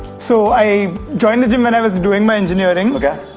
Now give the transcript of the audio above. so i joined the gym and i was doing my engineering okay,